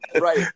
Right